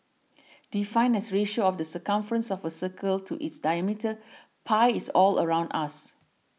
defined as ratio of the circumference of a circle to its diameter pi is all around us